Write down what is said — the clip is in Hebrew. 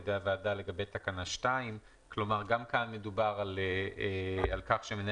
ידי הוועדה לגבי תקנה 2. גם כאן מדובר על כך שמנהל